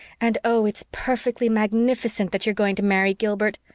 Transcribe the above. and oh, it's perfectly magnificent that you're going to marry gilbert.